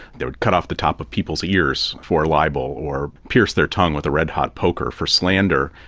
they would cut off the top of people's ears for libel, or pierce their tongue with a red hot poker for slander.